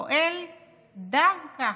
שפועל דווקא